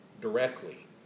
directly